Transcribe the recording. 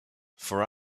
for